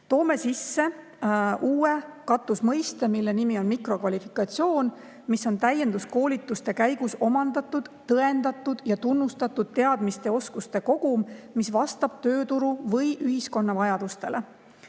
toome sisse uue katusmõiste mikrokvalifikatsioon. See on täienduskoolituste käigus omandatud, tõendatud ja tunnustatud teadmiste ja oskuste kogum, mis vastab tööturu või ühiskonna vajadustele.